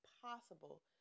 possible